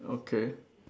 okay